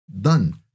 done